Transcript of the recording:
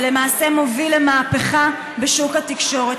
ולמעשה מוביל למהפכה בשוק התקשורת.